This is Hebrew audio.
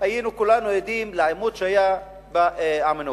כולנו היינו עדים לעימות שהיה בעמנואל.